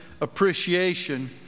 appreciation